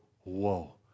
whoa